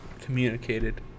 communicated